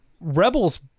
rebels